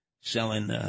selling